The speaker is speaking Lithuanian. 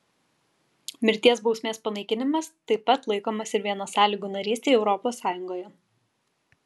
mirties bausmės panaikinimas taip pat laikomas ir viena sąlygų narystei europos sąjungoje